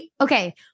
okay